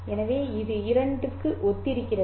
எனவே 'இரு' இரண்டுக்கு ஒத்திருக்கிறது